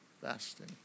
fasting